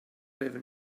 live